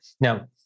Now